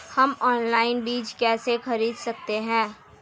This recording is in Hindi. हम ऑनलाइन बीज कैसे खरीद सकते हैं?